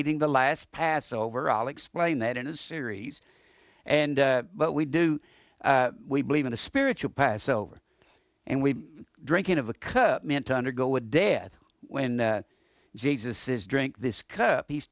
eating the last passover all explain that in a series and but we do we believe in the spiritual passover and we drinking of the cup meant to undergo a dad when jesus says drink this cup he's